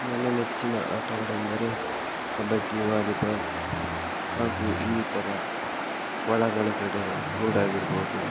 ನನ್ನ ನೆಚ್ಚಿನ ಆಟಗಳೆಂದರೆ ಕಬಡ್ಡಿ ವಾಲಿಬಾಲ್ ಹಾಗೂ ಇನ್ನಿತರ ಒಳಾಂಗಣ ಕ್ರೀಡೆಗಳು ಲೂಡೋ ಆಗಿರ್ಬೋದು